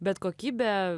bet kokybė